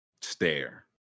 Stare